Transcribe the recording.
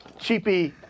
cheapy